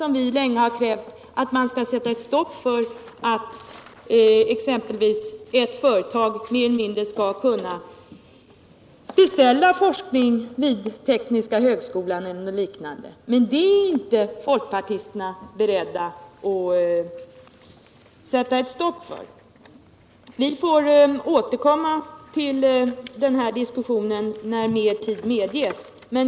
Vi har länge krävt att man skall sätta stopp för att 1. ex. ett företag mer eller mindre skall kunna beställa forskning vid tekniska högskolan, men det är inte folkpartisterna beredda att göra. Vi får återkomma till den här diskussionen när mer tid medges.